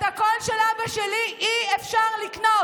את הקול של אבא שלי אי-אפשר לקנות.